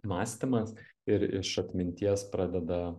mąstymas ir iš atminties pradeda